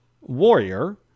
warrior